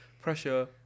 pressure